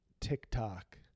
TikTok